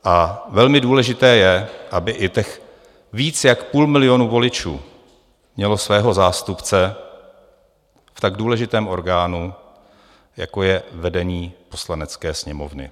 A velmi důležité je, aby i těch víc jak půl milionu voličů mělo svého zástupce v tak důležitém orgánu, jako je vedení Poslanecké sněmovny.